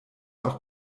auch